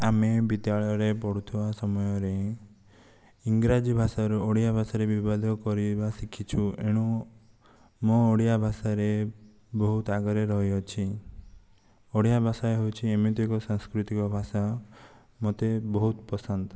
ଆମେ ବିଦ୍ୟାଳୟରେ ପଢ଼ୁଥିବା ସମୟରେ ଇଂରାଜୀ ଭାଷାରୁ ଓଡ଼ିଆ ଭାଷାରେ ବିବାଦ କରେଇବା ଶିଖିଛୁ ଏଣୁ ମୁଁ ଓଡ଼ିଆ ଭାଷାରେ ବହୁତ ଆଗରେ ରହି ଅଛି ଓଡ଼ିଆ ଭାଷା ହେଉଛି ଏମିତି ଏକ ସାଂସ୍କୃତିକ ଭାଷା ମୋତେ ବହୁତ ପସନ୍ଦ